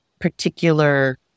particular